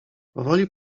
powoli